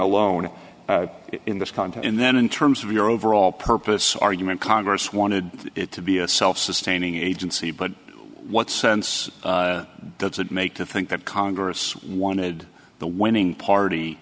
alone in this content and then in terms of your overall purpose argument congress wanted it to be a self sustaining agency but what sense does it make to think that congress wanted the winning party